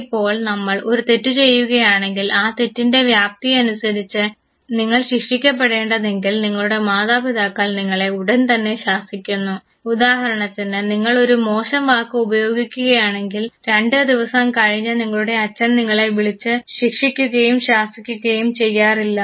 ഇപ്പോൾ നമ്മൾ ഒരു തെറ്റ് ചെയ്യുകയാണെങ്കിൽ ആ തെറ്റിൻറെ വ്യാപ്തിയനുസരിച്ച് നിങ്ങൾ ശിക്ഷിക്കപ്പെടേണ്ടതെങ്കിൽ നിങ്ങളുടെ മാതാപിതാക്കൾ നിങ്ങളെ ഉടൻ തന്നെ ശാസിക്കുന്നു ഉദാഹരണത്തിന് നിങ്ങൾ ഒരു മോശം വാക്ക് ഉപയോഗിക്കുകയാണെങ്കിൽ രണ്ടു ദിവസം കഴിഞ്ഞ് നിങ്ങളുടെ അച്ഛൻ നിങ്ങളെ വിളിച്ചു ശിക്ഷിക്കുകയും ശാസിക്കുകയും ചെയ്യാറില്ല